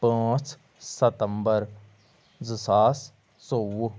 پانٛژھ ستَمبر زٕ ساس ژۄوُہ